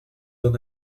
d’en